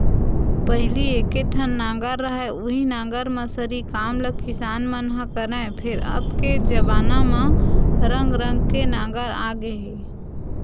पहिली एके ठन नांगर रहय उहीं नांगर म सरी काम ल किसान मन ह करय, फेर अब के जबाना म रंग रंग के नांगर आ गे हे